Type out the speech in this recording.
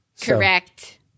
Correct